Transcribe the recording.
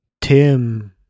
Tim